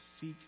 seek